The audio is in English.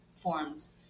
forms